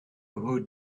who